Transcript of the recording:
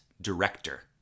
director